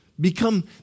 become